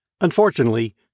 Unfortunately